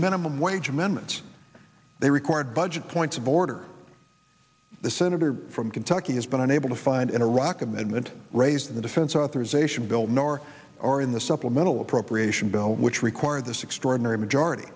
m m wage amendments they record budget points of order the senator from kentucky has been unable to find in iraq amendment raised in the defense authorization bill nor or in the supplemental appropriation bill which require this extraordinary majority